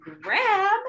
grab